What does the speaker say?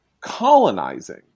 colonizing